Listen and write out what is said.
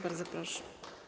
Bardzo proszę.